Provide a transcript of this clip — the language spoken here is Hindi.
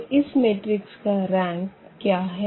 तो इस मैट्रिक्स का रैंक क्या है